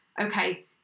okay